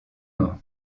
mort